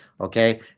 Okay